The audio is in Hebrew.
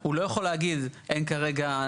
הוא לא יכול להגיד אין כרגע,